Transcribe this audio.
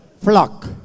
flock